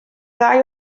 ddau